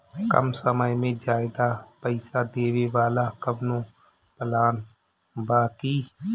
कम समय में ज्यादा पइसा देवे वाला कवनो प्लान बा की?